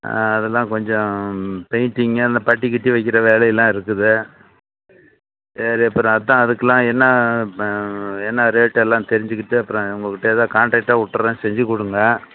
ஆ அதெல்லாம் கொஞ்சம் பெயிண்டிங்கு அந்த பட்டிக்கிட்டி வைக்கிற வேலையெல்லாம் இருக்குது சரி அப்பறம் அதான் அதுக்கெல்லாம் என்ன என்ன ரேட்டெல்லாம் தெரிஞ்சுக்கிட்டு அப்பறம் உங்கக்கிட்டே தான் கான்ட்ரேக்டா விட்டுறேன் செஞ்சு கொடுங்க